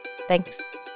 thanks